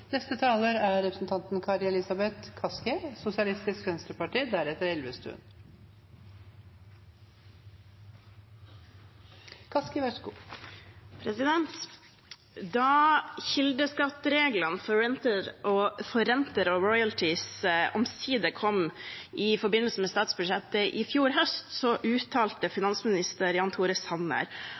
Da kildeskattreglene for renter og royalties omsider kom i forbindelse med statsbudsjettet i fjor høst, uttalte finansminister Jan Tore Sanner: